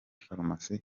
farumasi